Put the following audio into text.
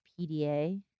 PDA